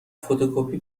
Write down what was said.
فتوکپی